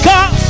God